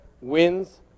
wins